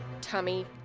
Tummy